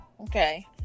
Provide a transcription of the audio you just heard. okay